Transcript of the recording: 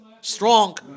strong